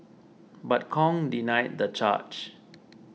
but Kong denied the charge